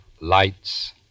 Lights